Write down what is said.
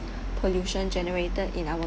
pollution generated in our